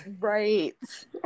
Right